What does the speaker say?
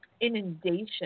inundation